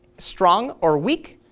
strong, or weak.